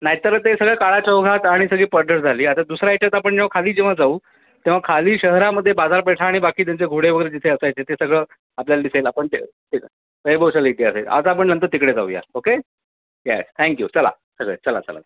नाही तर ते सगळं काळाच्या ओघात आणि सगळी पडझड झाली आहे आता दुसरा ह्याच्यात आपण जेव्हा खाली जेव्हा जाऊ तेव्हा खाली शहरामध्ये बाजारपेठा आणि बाकी त्यांचे घोडे वगैरे जिथे असायचे ते सगळं आपल्याला दिसेल आपण ते ठीक आहे वैभवशाली इतिहास आहे आता आपण नंतर तिकडे जाऊया ओके येस थँक् यू चला सगळे चला चला